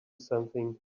something